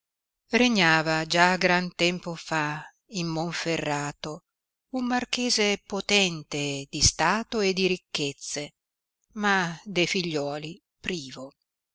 regnava già gran tempo fa in monferrato un marchese potente di stato e di ricchezze ma de figliuoli privo